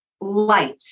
light